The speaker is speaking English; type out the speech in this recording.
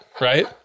right